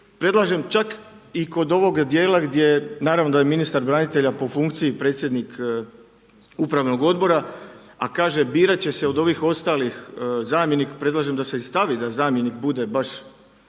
predlažem čak i kod ovog dijela gdje, naravno da je ministar branitelja po funkciji predstavnik upravnog odbora a kaže birati će se od ovih ostalih zamjenik, predlažem da se i stavi da zamjenik bude baš